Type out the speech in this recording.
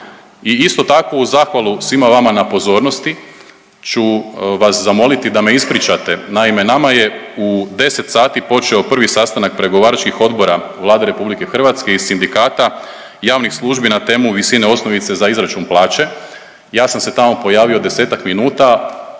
i isto tako u zahvalu svima vama na pozornosti ću vas zamoliti da me ispričate. Naime, nama je u 10 sati počeo prvi sastanak pregovaračkih odbora Vlade RH i sindikata javnih službi na temu visine osnovice za izračun plaće, ja sam se tamo pojavio 10-ak minuta,